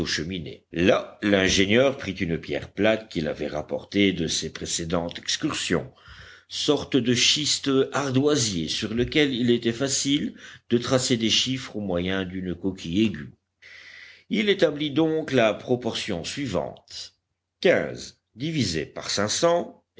cheminées là l'ingénieur prit une pierre plate qu'il avait rapportée de ses précédentes excursions sorte de schiste ardoisier sur lequel il était facile de tracer des chiffres au moyen d'une coquille aiguë il établit donc la proportion suivante